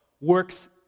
works